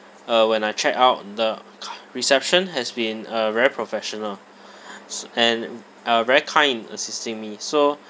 uh when I check out the reception has been uh very professional s~ and uh very kind in assisting me so